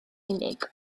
unig